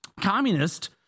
communist